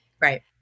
Right